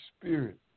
Spirit